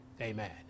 Amen